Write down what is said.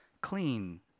clean